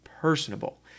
personable